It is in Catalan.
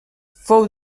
fou